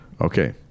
Okay